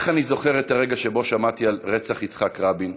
כך אני זוכר את הרגע שבו שמעתי על רצח יצחק רבין,